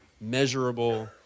measurable